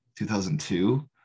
2002